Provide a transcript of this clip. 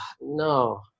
no